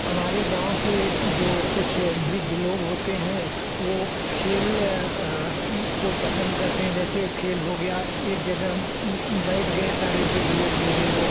हमारे गाँव के जो कुछ वृद्ध लोग होते हैं वह खेल को पसंद करते हैं जैसे खेल हो गया एक जगह बैठ गए सारे वृद्ध लोग बूढ़े लोग